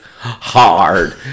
hard